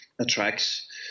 attracts